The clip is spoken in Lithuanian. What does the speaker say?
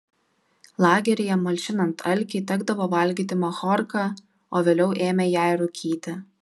lageryje malšinant alkį tekdavo valgyti machorką o vėliau ėmė ją ir rūkyti